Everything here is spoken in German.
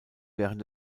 während